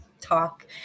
talk